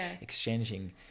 exchanging